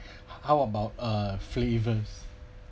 how about uh flavours